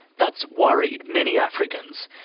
that's worried many africans,